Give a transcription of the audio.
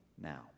now